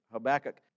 Habakkuk